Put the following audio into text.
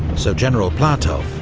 so general platov,